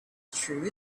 true